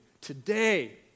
today